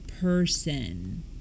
person